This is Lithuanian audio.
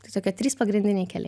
tai tokie trys pagrindiniai keliai